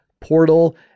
Portal